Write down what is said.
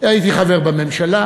והייתי חבר בממשלה,